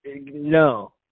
no